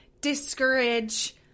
discourage